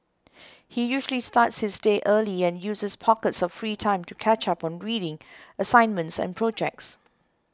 he usually starts his day early and uses pockets of free time to catch up on reading assignments and projects